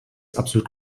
absolut